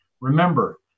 Remember